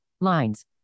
Lines